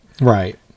Right